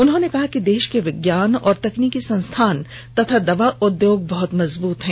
उन्होंने कहा कि देश के विज्ञान और तकनीकी संस्थान तथा दवा उद्योग बहत मजबूत हैं